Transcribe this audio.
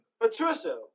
Patricia